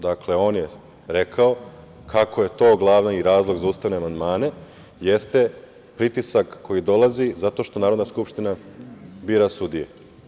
Dakle, on je rekao kako je to glavni razlog za ustavne amandmane jeste pritisak koji dolazi zato što Narodna skupština bira sudije.